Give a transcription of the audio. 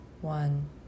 one